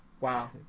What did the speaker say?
Wow